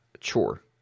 chore